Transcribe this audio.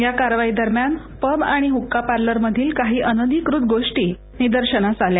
या कारवाई दरम्यान पब आणि हुक्का पार्लरमधील काही अनधिकृत गोष्टी निदर्शनाला थाल्या